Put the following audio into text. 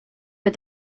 but